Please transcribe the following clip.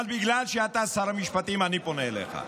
אבל בגלל שאתה שר המשפטים, אני פונה אליך.